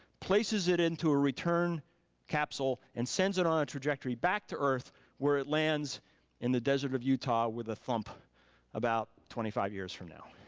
places it into a return capsule and sends it on a trajectory back to earth where it lands in the desert of utah with a thump about twenty five years from now.